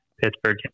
Pittsburgh